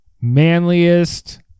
manliest